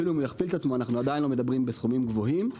ואפילו אם יכפיל עצמו עדיין אנו לא מדברים בסכומים גבוהים.